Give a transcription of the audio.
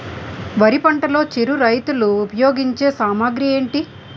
వరి పంటలో చిరు రైతులు ఉపయోగించే సామాగ్రి ఏంటి?